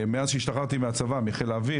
מאז שהשתחררתי מהצבא מחיל האוויר,